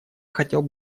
хотел